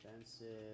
expensive